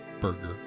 burger